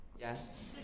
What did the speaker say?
Yes